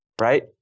right